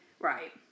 right